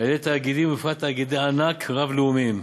על-ידי תאגידים, ובפרט תאגידי ענק רב-לאומיים.